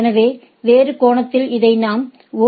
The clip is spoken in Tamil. எனவே வேறு கோணத்தில் இது ஓ